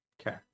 Okay